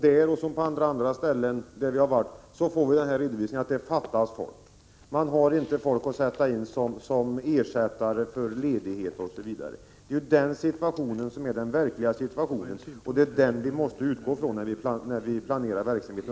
Där, liksom på alla andra platser vi har besökt, fick vi en redovisning om att det fattas folk. Man har inte folk att sätta in som ersättare vid ledigheter etc. Det är det som är den verkliga situationen, och den måste vi utgå ifrån när vi planerar verksamheten.